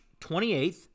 28th